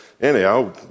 Anyhow